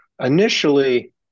Initially